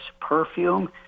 Perfume